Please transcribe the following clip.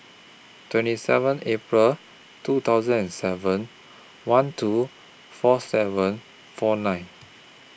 twenty seven April two thousand and seven one two four seven four nine